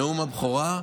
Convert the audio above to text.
נאום הבכורה.